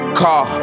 car